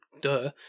duh